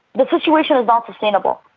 the situation is not sustainable.